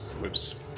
whoops